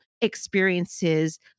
experiences